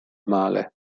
male